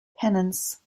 penance